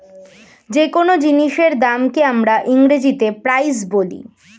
যে কোন জিনিসের দামকে আমরা ইংরেজিতে প্রাইস বলি